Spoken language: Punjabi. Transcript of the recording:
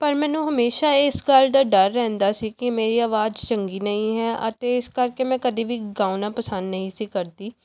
ਪਰ ਮੈਨੂੰ ਹਮੇਸ਼ਾ ਇਸ ਗੱਲ ਦਾ ਡਰ ਰਹਿੰਦਾ ਸੀ ਕਿ ਮੇਰੀ ਆਵਾਜ਼ ਚੰਗੀ ਨਹੀਂ ਹੈ ਅਤੇ ਇਸ ਕਰਕੇ ਮੈਂ ਕਦੇ ਵੀ ਗਾਉਣਾ ਪਸੰਦ ਨਹੀਂ ਸੀ ਕਰਦੀ